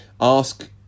ask